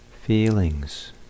feelings